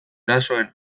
erasoen